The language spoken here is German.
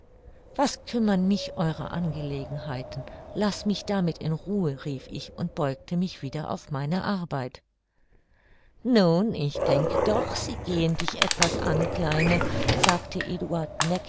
was kümmern mich eure angelegenheiten laß mich damit in ruhe rief ich und beugte mich wieder auf meine arbeit nun ich denke doch sie gehen dich etwas an kleine sagte eduard